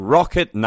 Rocket